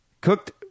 Cooked